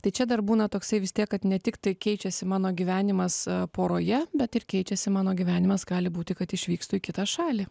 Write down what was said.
tai čia dar būna toksai vis tiek kad ne tiktai keičiasi mano gyvenimas poroje bet ir keičiasi mano gyvenimas gali būti kad išvykstu į kitą šalį